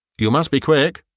you must be quick.